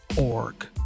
org